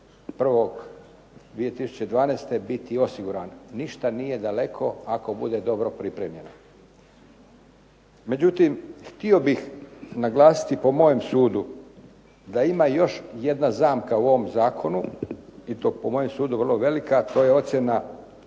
2012. biti osigurano. Ništa nije daleko, ako bude dobro pripremljeno. Međutim, htio bih naglasiti po mojem sudu da ima još jedna zamka u ovom zakonu i to po mojem sudu vrlo velika, a to je ocjena